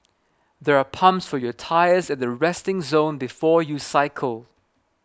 there are pumps for your tyres at the resting zone before you cycle